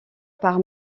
par